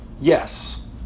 Yes